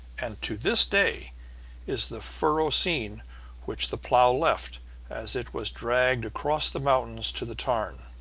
and to this day is the furrow seen which the plough left as it was dragged across the mountains to the tarn.